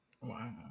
Wow